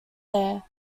there